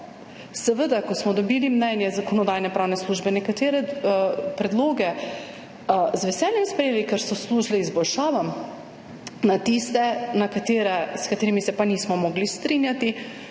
seveda, ko smo dobili mnenje Zakonodajno-pravne službe, nekatere predloge z veseljem sprejeli, ker so služili izboljšavam, na tiste, s katerimi se pa nismo mogli strinjati,